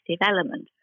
element